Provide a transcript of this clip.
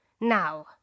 Now